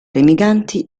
remiganti